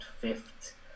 fifth